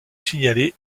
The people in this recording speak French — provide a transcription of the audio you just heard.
signaler